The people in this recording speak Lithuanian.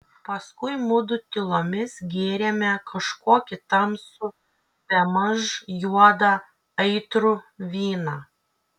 paskui mudu tylomis gėrėme kažkokį tamsų bemaž juodą aitrų vyną